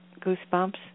goosebumps